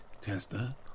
tester